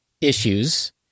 issues